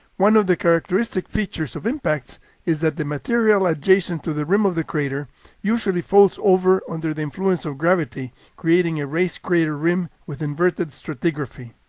one of the characteristic features of impacts is that the material adjacent to the rim of the crater usually folds over under the influence of gravity creating a raised crater rim with inverted stratigraphy.